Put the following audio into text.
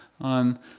on